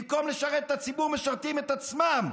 במקום לשרת את הציבור, משרתים את עצמם